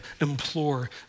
implore